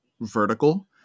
vertical